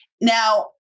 Now